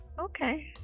Okay